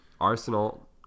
Arsenal